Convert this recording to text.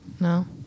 No